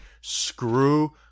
Screw